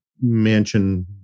mansion